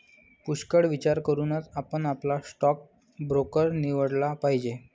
पुष्कळ विचार करूनच आपण आपला स्टॉक ब्रोकर निवडला पाहिजे